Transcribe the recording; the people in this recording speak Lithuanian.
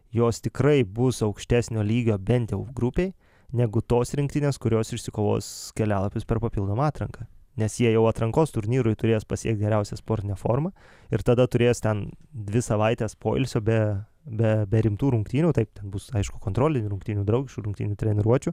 jos tikrai bus aukštesnio lygio bent jau grupėj negu tos rinktinės kurios išsikovos kelialapius per papildomą atranką nes jie jau atrankos turnyrui turės pasiekt geriausią sportinę formą ir tada turės ten dvi savaites poilsio be be be rimtų rungtynių taip ten bus aišku kontrolinių rungtynių draugiškų rungtynių treniruočių